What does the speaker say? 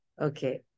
Okay